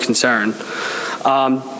concern